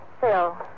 Phil